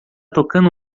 tocando